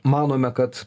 manome kad